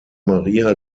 maria